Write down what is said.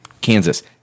Kansas